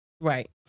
Right